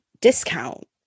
discount